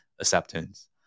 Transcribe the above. acceptance